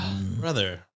Brother